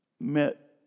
met